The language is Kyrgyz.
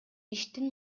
иштин